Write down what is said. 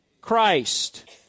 Christ